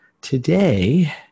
today